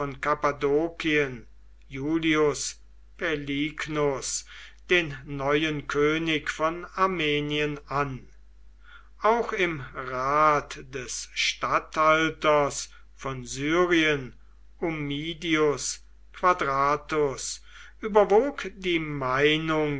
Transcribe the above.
kappadokien iulius paelignus den neuen könig von armenien an auch im rat des statthalters von syrien ummidius quadratus überwog die meinung